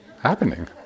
happening